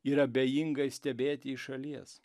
ir abejingai stebėti iš šalies